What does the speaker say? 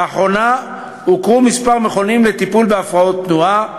לאחרונה הוכרו כמה מכונים לטיפול בהפרעות תנועה,